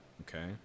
okay